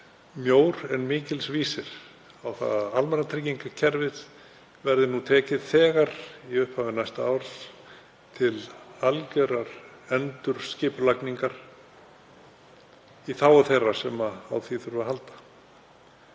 mjór en mikils vísir og að almannatryggingakerfið verði þegar í upphafi næsta árs tekið til algjörrar endurskipulagningar í þágu þeirra sem á því þurfa að halda.